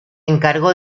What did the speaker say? encargó